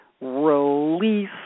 release